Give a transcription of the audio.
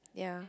ya